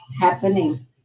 happening